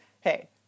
Hey